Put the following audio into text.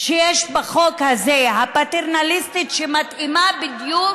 שיש בחוק הזה, הפטרנליסטית, שמתאימה בדיוק